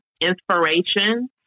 inspiration